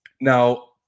now